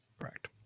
correct